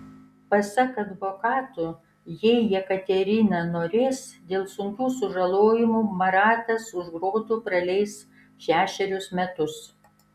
pasak advokatų jei jekaterina norės dėl sunkių sužalojimų maratas už grotų praleis šešerius metus